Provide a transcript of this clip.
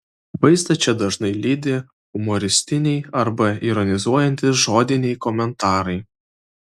vaizdą čia dažnai lydi humoristiniai arba ironizuojantys žodiniai komentarai